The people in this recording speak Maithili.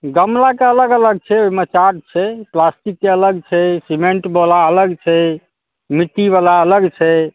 गमलाके अलग अलग छै ओहिमे चार्ज छै प्लास्टिकके अलग छै सीमेन्ट बला अलग छै मिट्टी बला अलग छै